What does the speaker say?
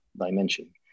dimension